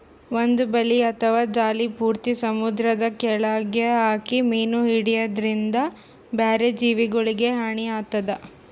ಒಂದ್ ಬಲಿ ಅಥವಾ ಜಾಲಿ ಪೂರ್ತಿ ಸಮುದ್ರದ್ ಕೆಲ್ಯಾಗ್ ಹಾಕಿ ಮೀನ್ ಹಿಡ್ಯದ್ರಿನ್ದ ಬ್ಯಾರೆ ಜೀವಿಗೊಲಿಗ್ ಹಾನಿ ಆತದ್